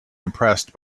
impressed